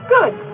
Good